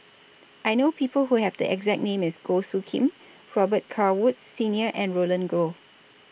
I know People Who Have The exact name as Goh Soo Khim Robet Carr Woods Senior and Roland Goh